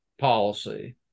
policy